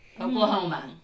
Oklahoma